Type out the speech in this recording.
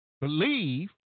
believe